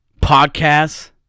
Podcasts